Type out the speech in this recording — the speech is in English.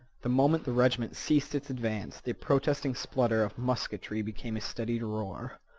the moment the regiment ceased its advance the protesting splutter of musketry became a steadied roar.